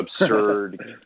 absurd